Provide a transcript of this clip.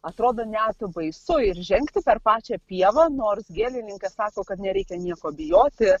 atrodo net baisu ir žengti per pačią pievą nors gėlininkas sako kad nereikia nieko bijoti